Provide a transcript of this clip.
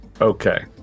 Okay